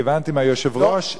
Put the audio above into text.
כי הבנתי מהיושב-ראש,